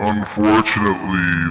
Unfortunately